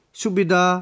subida